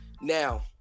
Now